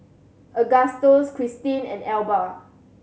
Agustus Krystin and Elba